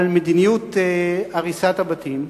על מדיניות הריסת הבתים.